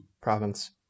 province